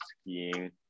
skiing